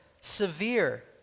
severe